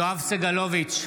יואב סגלוביץ'